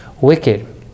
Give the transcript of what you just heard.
wicked